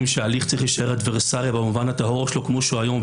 שההליך צריך להישאר אדברסרי במובן הטהור שלו כמו שהוא היום,